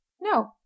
No